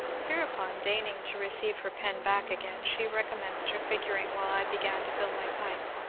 hereupon, deigning to receive her pen back again, she recommenced her figuring, while i began to fill my pipe.